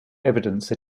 evidence